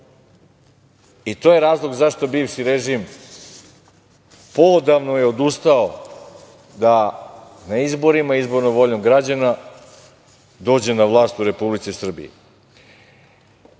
To je razlog zašto je bivši režim poodavno odustao da na izborima izbornom voljom građana dođe na vlast u Republici Srbiji.